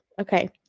Okay